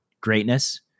greatness